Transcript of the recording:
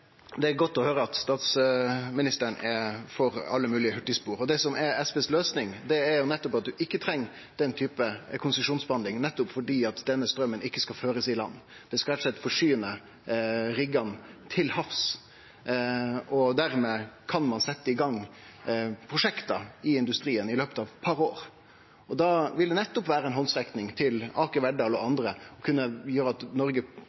Det blir oppfølgingsspørsmål – først Torgeir Knag Fylkesnes. Det er godt å høyre at statsministeren er for alle moglege hurtigspor. Det som er SVs løysing, er nettopp at ein ikkje treng denne typen konsesjonsbehandling, nettopp fordi denne straumen ikkje skal førast i landet. Han skal rett og slett forsyne riggane til havs. Dermed kan ein setje i gang prosjekta i industrien i løpet av eit par år. Da vil det nettopp vere ei handsrekning til Aker Verdal og andre og kunne gjere at Noreg